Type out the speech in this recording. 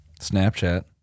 Snapchat